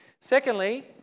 Secondly